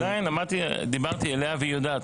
ועדיין דיברתי אליה והיא יודעת,